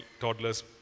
toddlers